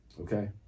Okay